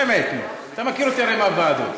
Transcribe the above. באמת, אתה מכיר אותי הרי מהוועדות.